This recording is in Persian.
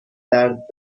درد